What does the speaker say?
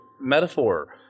metaphor